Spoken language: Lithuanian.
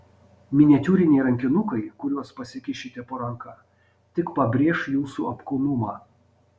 miniatiūriniai rankinukai kuriuos pasikišite po ranka tik pabrėš jūsų apkūnumą